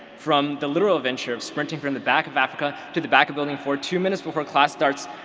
from the literal adventure of sprinting from the back of africa to the back of building four two minutes before class starts,